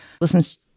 listens